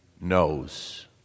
knows